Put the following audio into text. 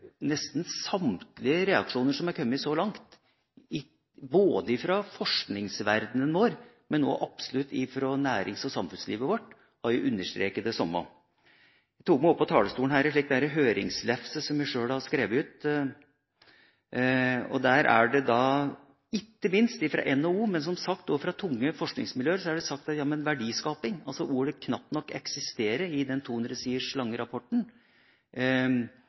nesten samtlige reaksjoner som er kommet så langt, ikke bare fra forskningsverdenen vår, men også absolutt fra nærings- og samfunnslivet vårt – de understreker det samme. Jeg tok med opp på talerstolen en høringslefse som jeg sjøl har skrevet ut. Der er det, ikke minst fra NHO, men som sagt også fra tunge forskningsmiljøer, sagt at ordet «verdiskaping» knapt nok eksisterer i den 200 sider lange rapporten. Visstnok er det